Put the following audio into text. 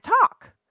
talk